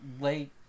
late